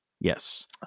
Yes